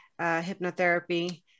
Hypnotherapy